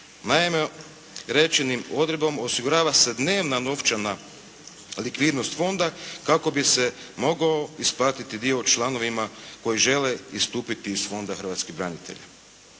Naime, rečenom odredbom osigurava se dnevna novčana likvidnost Fonda kako bi se mogao isplatiti dio članovima koji žele istupiti iz Fonda hrvatskih branitelja.